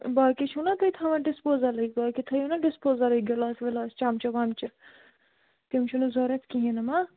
باقٕے چھُو نا تُہۍ تھاوان ڈِسپوزَلٕکۍ باقٕے تھٲیِو نا ڈِسپوزَلٕکۍ گِلاس وِلاس چَمٛچہٕ وَمچہٕ تِم چھِنہٕ ضوٚرَتھ کِہیٖنۍ نہ ما